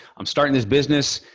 i'm starting this business.